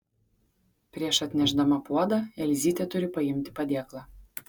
prieš atnešdama puodą elzytė turi paimti padėklą